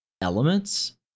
elements